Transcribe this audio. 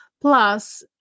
Plus